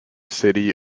city